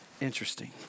Interesting